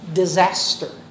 disaster